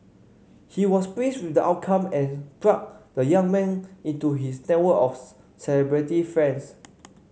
he was pleased with the outcome and plugged the young man into his network of celebrity friends